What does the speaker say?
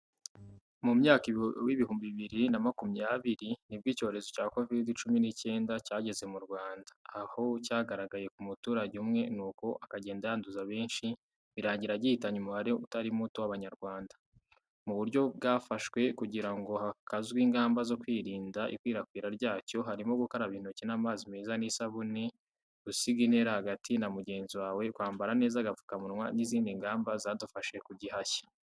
Mu mwaka w'ibihumbi bibiri na makumyabiri, nibwo icyorezo cya kovide cumi n'icyenda cyageze mu Rwanda, aho cyagaragaye ku muturage umwe nuko akagenda yanduza benshi birangira gihitanye umubare utari muto w'Abanyarwanda. Mu buryo bwafashwe kugira ngo hakazwe ingamba zo kwirinda ikwirakwira ryacyo, harimo gukaraba intoki n'amazi meza n'isabune, gusiga intera hagati na mugenzi wawe, kwambara neza agapfukamunwa, n'izindi ngamba zadufashije kugihashya.